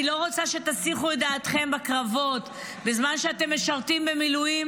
אני לא רוצה שתסיחו את דעתכם בקרבות בזמן שאתם משרתים במילואים,